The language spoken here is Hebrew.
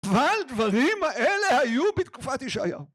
אבל דברים האלה היו בתקופת ישעיהו.